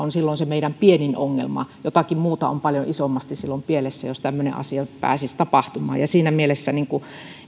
olisivat silloin se meidän pienin ongelmamme jotakin muuta on paljon isommasti silloin pielessä jos tämmöinen asia pääsisi tapahtumaan ja siinä mielessä